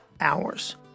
hours